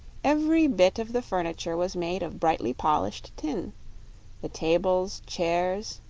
every bit of the furniture was made of brightly polished tin the tables, chairs,